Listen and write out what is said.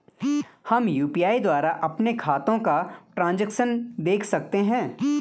हम यु.पी.आई द्वारा अपने खातों का ट्रैन्ज़ैक्शन देख सकते हैं?